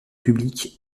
public